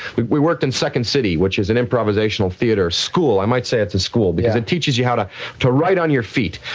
we worked in second city, which is an improvisational theater school. i might say it's a school, because it teaches you how to to write on your feet.